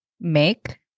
make